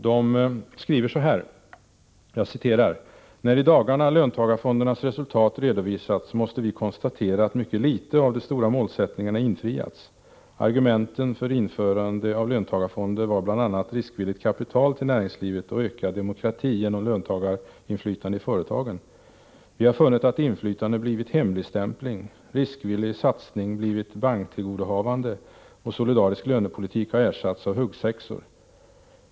De skriver: ”När i dagarna löntagarfondernas resultat redovisats måste vi konstatera att mycket lite av de stora målsättningarna infriats. Argumenten för införande av löntagarfonder var bl.a. riskvilligt kapital till näringslivet och ökad demokrati genom löntagarinflytande i företagen. Vi har funnit att inflytande blivit hemligstämpling, riskvillig satsning blivit banktillgodohavande och solidarisk lönepolitik har ersatts av huggsexor.